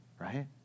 right